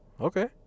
Okay